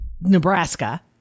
Nebraska